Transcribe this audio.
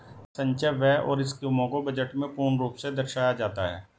संचय व्यय और स्कीमों को बजट में पूर्ण रूप से दर्शाया जाता है